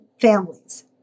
families